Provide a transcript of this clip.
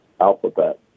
Alphabet